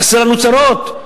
חסרות לנו צרות?